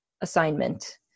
assignment